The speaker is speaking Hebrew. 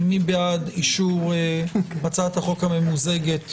מי בעד אישור הצעת החוק הממוזגת